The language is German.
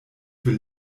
für